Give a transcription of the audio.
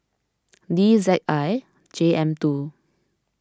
D Z I J M two